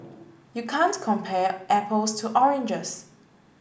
you can't compare apples to oranges